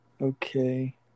Okay